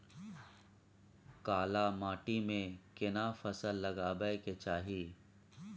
काला माटी में केना फसल लगाबै के चाही?